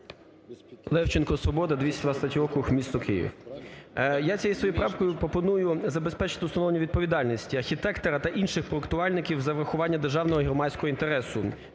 Левченко, "Свобода", 223 округ місто Київ. Я цією своєю правкою пропоную забезпечити встановлення відповідальность архітектора та інших проектувальників за врахування державного громадського інтересу